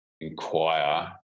inquire